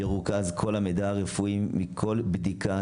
ירוכז כל המידע הרפואי מכל בדיקה,